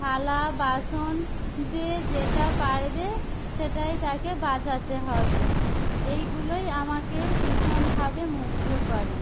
থালা বাসন যে যেটা পারবে সেটাই তাকে বাজাতে হবে এইগুলোই আমাকে ভীষণভাবে মুগ্ধ করে